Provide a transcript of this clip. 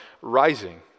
rising